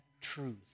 truth